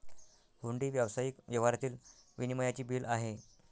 हुंडी हे व्यावसायिक व्यवहारातील विनिमयाचे बिल आहे